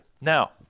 Now